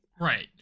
Right